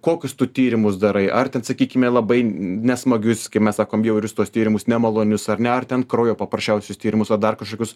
kokius tu tyrimus darai ar ten sakykime labai nesmagius kaip mes sakom bjaurius tuos tyrimus nemalonius ar ne ar ten kraujo paprasčiausius tyrimus a dar kažkokius